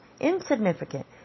insignificant